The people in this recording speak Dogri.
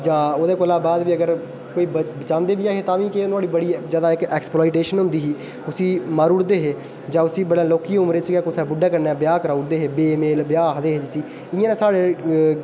जां ओह्दे कोला बाद बी अगर कोई बचांदे बी ऐहे तां बी नुहाड़ी बड़ी जादै इक एक्सप्लोइटेशन होंदी ही उसी मारू उड़दे हे जां उसी बड़ी लोह्की उमर च गै कुसै बुड्ढे कन्नै ब्याह् कराउदे हे बे मेल ब्याह् आखदे हे इसी इ'यां साढ़े